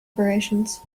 operations